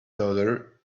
daughter